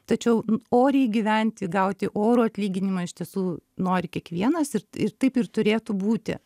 tačiau oriai gyventi gauti orų atlyginimą iš tiesų nori kiekvienas ir taip ir turėtų būti